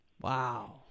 Wow